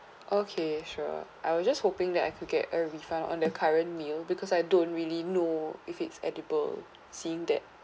okay sure I will just hoping that I could get a refund on the current meal because I don't really know if it's edible seeing that